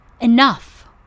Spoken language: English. Enough